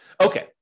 Okay